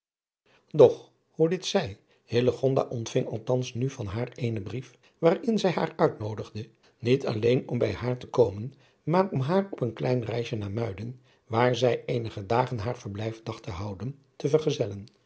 hoe dit zij hillegonda ontving althans nu van haar eenen brief waarin zij haar uitnoodigde niet alleen om bij haar te komen maar om haar op een klein reisje naar muiden waar zij eenige dagen haar verblijf dacht te houden te vergezellen